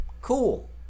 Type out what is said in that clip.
cool